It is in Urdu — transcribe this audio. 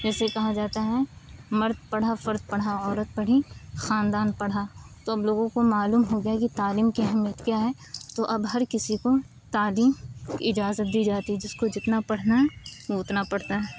جیسے کہا جاتا ہے مرد پڑھا فرد پڑھا عورت پڑھی خاندان پڑھا تو ہم لوگوں کو معلوم ہو گیا کہ تعلیم کی اہمیت کیا ہے تو اب ہر کسی کو تعلیم اجازت دی جاتی ہے جس کو جتنا پڑھنا ہے وہ اتنا پڑھتا ہے